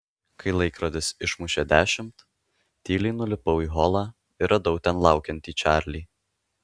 kai laikrodis išmušė dešimt tyliai nulipau į holą ir radau ten laukiantį čarlį